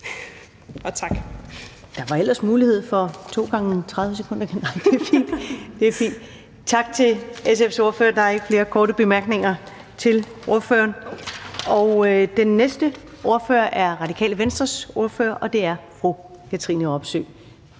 Der var ellers mulighed for to gange 30 sekunder. Men det er fint. Tak til SF's ordfører. Der er ikke flere korte bemærkninger til ordføreren. Den næste ordfører er Radikale Venstres ordfører, og det er fru Katrine Robsøe